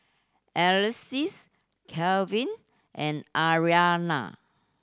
Alexus Calvin and Aryanna